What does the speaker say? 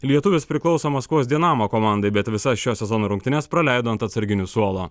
lietuvis priklauso maskvos dinamo komandai bet visas šio sezono rungtynes praleido ant atsarginių suolo